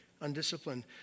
undisciplined